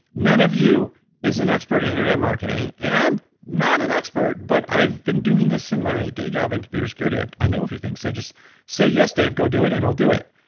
none of you is an expert in internet marketing. and i'm not an expert, but i've been doing this in my day job in computer security. i i know a few things, so just say yes, dave, go do it and i'll do it.